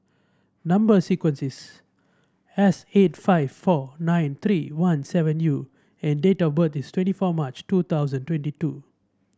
number sequence is S eighty five four nine three one seven U and date of birth is twenty four March two thousand twenty two